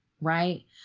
Right